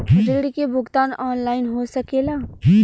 ऋण के भुगतान ऑनलाइन हो सकेला?